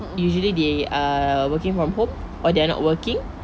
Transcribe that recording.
usually they are working from home or they are not working